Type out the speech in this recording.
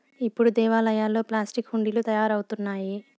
ఇప్పుడు దేవాలయాల్లో ప్లాస్టిక్ హుండీలు తయారవుతున్నాయి